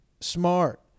Smart